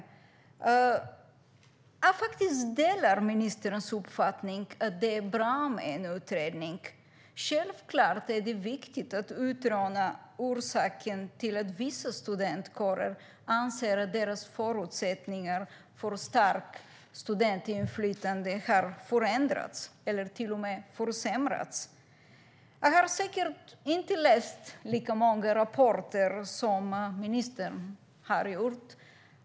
Jag delar faktiskt ministerns uppfattning att det är bra med en utredning. Självklart är det viktigt att utröna orsaken till att vissa studentkårer anser att deras förutsättningar för starkt studentinflytande har förändrats eller till och med försämrats. Jag har säkert inte läst lika många rapporter som ministern har gjort.